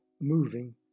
moving